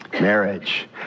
Marriage